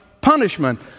punishment